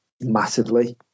massively